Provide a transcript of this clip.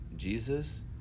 Jesus